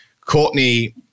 Courtney